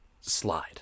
slide